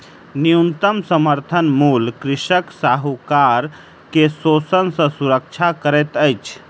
न्यूनतम समर्थन मूल्य कृषक साहूकार के शोषण सॅ सुरक्षा करैत अछि